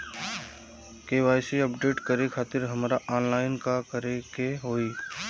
KYC update करे खातिर हमरा ऑनलाइन का करे के होई?